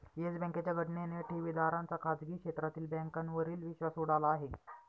yes बँकेच्या घटनेने ठेवीदारांचा खाजगी क्षेत्रातील बँकांवरील विश्वास उडाला आहे